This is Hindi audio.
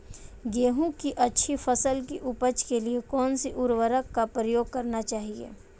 गेहूँ की अच्छी फसल की उपज के लिए कौनसी उर्वरक का प्रयोग करना चाहिए?